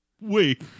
Wait